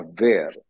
aware